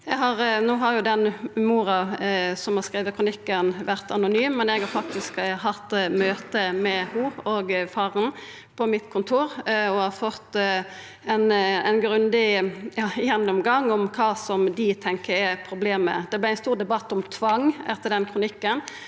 treng. Den mora som skreiv kronikken, er anonym, men eg har hatt møte med ho og faren på mitt kontor og har fått ein grundig gjennomgang om kva dei tenkjer er problemet. Det vart ein stor debatt om tvang etter den kronikken,